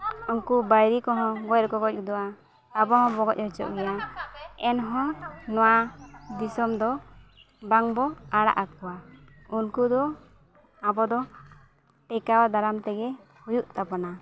ᱩᱱᱠᱩ ᱵᱟᱭᱨᱤ ᱠᱚᱦᱚᱸ ᱜᱚᱡ ᱨᱮᱠᱚ ᱜᱚᱡ ᱜᱚᱫᱚᱜᱼᱟ ᱟᱵᱚ ᱦᱚᱸᱵᱚᱱ ᱜᱚᱡ ᱦᱚᱪᱚᱜ ᱜᱮᱭᱟ ᱮᱱᱦᱚᱸ ᱱᱚᱣᱟ ᱫᱤᱥᱚᱢ ᱫᱚ ᱵᱟᱝᱵᱚᱱ ᱟᱲᱟᱜ ᱟᱠᱚᱣᱟ ᱩᱱᱠᱩ ᱫᱚ ᱟᱵᱚ ᱫᱚ ᱴᱮᱠᱟᱣ ᱫᱟᱨᱟᱢ ᱛᱮᱜᱮ ᱦᱩᱭᱩᱜ ᱛᱟᱵᱚᱱᱟ